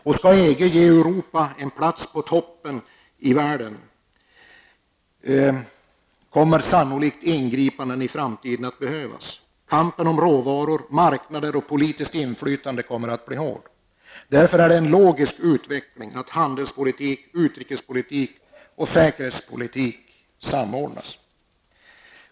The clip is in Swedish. Och om EG skall ge Europa en ''plats på toppen'' i världen, kommer sannolikt ingripanden i framtiden att behövas. Kampen om råvaror, marknader och politiskt inflytande kommer att bli hård. Därför är det en logisk utveckling att handelspolitik, utrikespolitik och säkerhetspolitik samordnas.